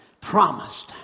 promised